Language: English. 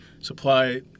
supply